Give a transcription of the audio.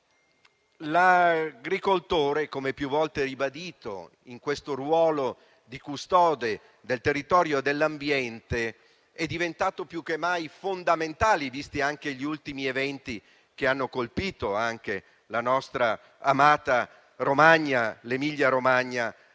l'agricoltore - come più volte ribadito - nel ruolo di custode del territorio e dell'ambiente, è diventato più che mai fondamentale, visti anche gli ultimi eventi che hanno colpito anche la nostra amata Emilia-Romagna,